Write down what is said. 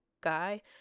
guy